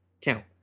count